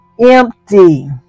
empty